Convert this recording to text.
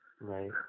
Right